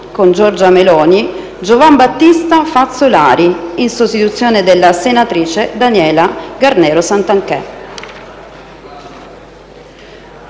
con Giorgia Meloni», Giovanbattista Fazzolari, in sostituzione della senatrice Daniela Garnero Santanchè;